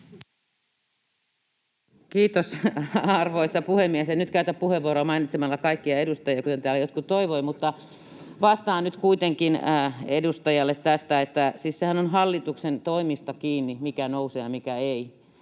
Kiitos, arvoisa puhemies! En nyt käytä puheenvuoroa mainitsemalla kaikkia edustajia, kuten täällä jotkut toivoivat, mutta vastaan nyt kuitenkin edustajalle, että sehän on siis hallituksen toimista kiinni, mikä nousee ja mikä ei.